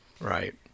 Right